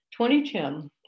2010